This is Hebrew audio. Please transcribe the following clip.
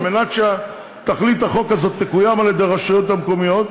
כדי שתכלית החוק הזאת תקוים על-ידי הרשויות המקומיות,